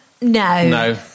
No